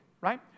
right